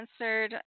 answered